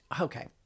Okay